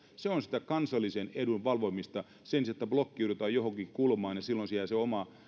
se on sitä kansallisen edun valvomista sen sijaan että blokkiudutaan johonkin kulmaan ja silloin se